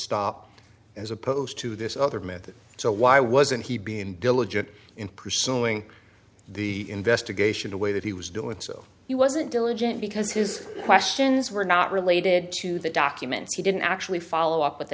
stop as opposed to this other method so why wasn't he being diligent in pursuing the investigation the way that he was doing so he wasn't diligent because his questions were not related to the documents he didn't actually follow up with